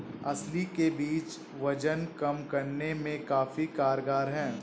अलसी के बीज वजन कम करने में काफी कारगर है